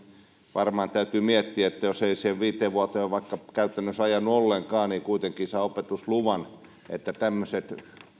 varmaan täytyy miettiä sitä että jos ei vaikka viiteen vuoteen ole käytännössä ajanut ollenkaan niin kuitenkin saa opetusluvan tämmöiset